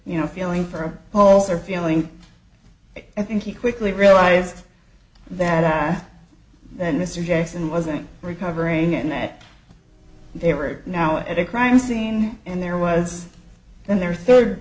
you know feeling for holes or feeling i think he quickly realized that i had that mr jackson wasn't recovering and that they were now at a crime scene and there was in their third